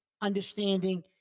understanding